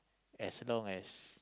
as long as